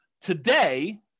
Today